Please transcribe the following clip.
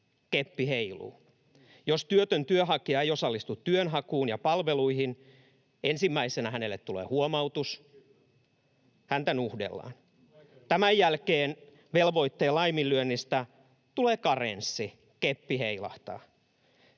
Keppi heiluu. Jos työtön työnhakija ei osallistu työnhakuun ja palveluihin, ensimmäisenä hänelle tulee huomautus. [Antti Lindtman: Kyllä!] Häntä nuhdellaan. Tämän jälkeen velvoitteen laiminlyönnistä tulee karenssi — keppi heilahtaa.